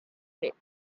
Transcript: fits